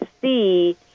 see